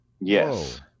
Yes